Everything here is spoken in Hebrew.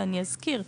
ואני אזכיר,